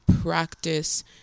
practice